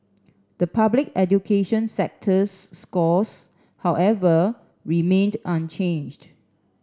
the Public education sector's scores however remained unchanged